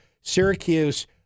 Syracuse